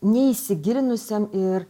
neįsigilinusiam ir